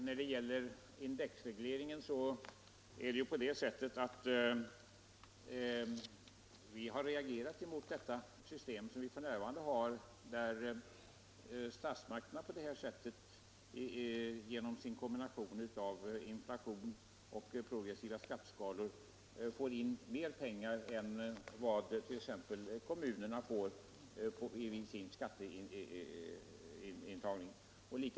När det gäller indexregleringen har vi reagerat mot det system som vi för närvarande har och som innebär att statsmakterna genom en kombination av inflation och progressiva skatteskalor får in mer pengar än vad t.ex. kommunerna får vid sin skatteintagning.